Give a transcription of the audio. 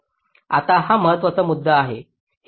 आता हा महत्त्वाचा मुद्दा आहे